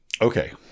okay